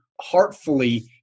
heartfully